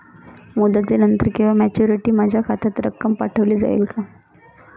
मुदतीनंतर किंवा मॅच्युरिटी माझ्या खात्यात रक्कम पाठवली जाईल का?